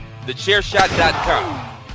TheChairShot.com